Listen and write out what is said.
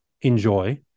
enjoy